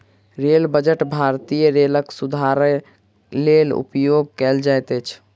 rail budget भारतीय रेलक सुधारक लेल उपयोग कयल जाइत अछि